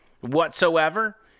whatsoever